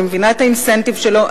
אני מבינה את האינסנטיב שלו.